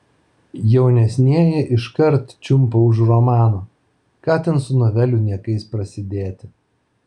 jaunesnieji iškart čiumpa už romano ką ten su novelių niekais prasidėti